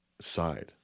side